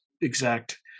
exact